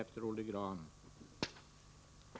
Herr talman!